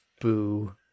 Boo